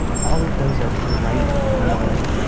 all of those are polite, normal,